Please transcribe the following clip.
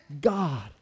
God